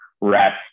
rest